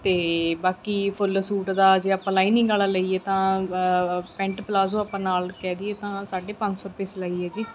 ਅਤੇ ਬਾਕੀ full suit ਦਾ ਜੇ ਆਪਾਂ ਲਾਈਨਿੰਗ ਵਾਲਾ ਲਈਏ ਤਾਂ ਪੈਂਟ ਪਲਾਜ਼ੋ ਆਪਾਂ ਨਾਲ ਕਹਿ ਦਈਏ ਤਾਂ ਸਾਢੇ ਪੰਜ ਸੌ ਰੁਪਏ ਸਿਲਾਈ ਹੈ ਜੀ